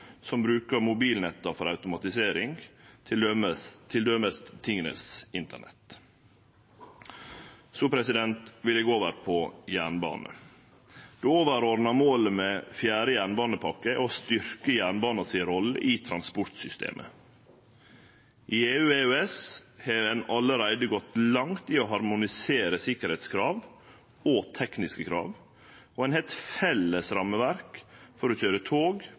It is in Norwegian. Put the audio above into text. som brukar mobilnetta for automatisering, t.d. tingas internett. Så vil eg gå over på jernbane. Det overordna målet med fjerde jernbanepakke er å styrkje jernbanen si rolle i transportsystemet. I EU/EØS har ein allereie gått langt i harmonisere sikkerheitskrav og tekniske krav, og ein har eit felles rammeverk for å køyre tog